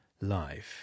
life